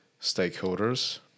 stakeholders